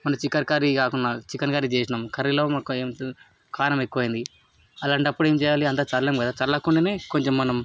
మొన్న chicken curry కాకున్న chicken curry చేసినాం కర్రీలో మాకు కారం ఎక్కువైంది అలాంటప్పుడు ఏం చెయ్యాలి అంత చల్లలేం కదా చల్లకుండానే కొంచం మనం